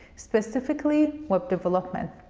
specifically web development.